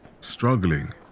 struggling